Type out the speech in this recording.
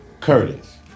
Curtis